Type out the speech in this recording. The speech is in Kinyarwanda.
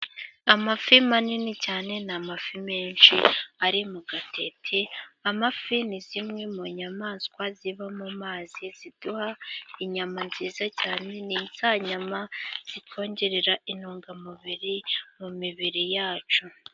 Amafi manini cyane n'amafi menshi ari mu gatete, amafi ni zimwe mu nyamaswa ziva mu mazi, ziduha inyama nziza cyane, ni za nyama zitwongerera intungamubiri mu mibiri yacu.